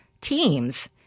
teams